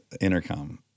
intercom